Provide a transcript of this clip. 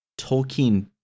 tolkien